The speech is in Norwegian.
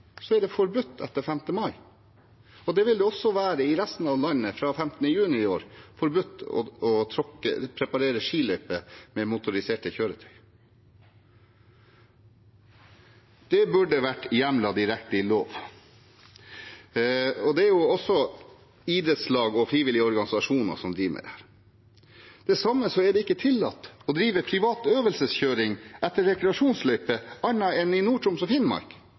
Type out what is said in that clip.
er det forbudt etter 5. mai. Det vil det også være i resten av landet fra 15. juni i år – forbudt å preparere skiløyper med motoriserte kjøretøy. Det burde vært hjemlet direkte i lov. Det er også idrettslag og frivillige organisasjoner som driver med dette. Videre er det ikke tillatt å drive privat øvelseskjøring etter rekreasjonsløyper annet enn i Nord-Troms og Finnmark.